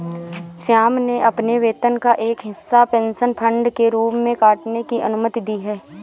श्याम ने अपने वेतन का एक हिस्सा पेंशन फंड के रूप में काटने की अनुमति दी है